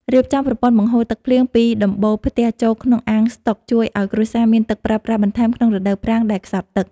រៀបចំប្រព័ន្ធបង្ហូរទឹកភ្លៀងពីដំបូលផ្ទះចូលក្នុងអាងស្តុកជួយឱ្យគ្រួសារមានទឹកប្រើប្រាស់បន្ថែមក្នុងរដូវប្រាំងដែលខ្សត់ទឹក។